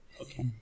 Okay